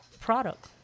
product